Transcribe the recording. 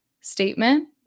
statement